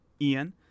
Ian